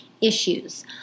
issues